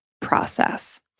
process